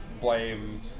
blame